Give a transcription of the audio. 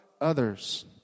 others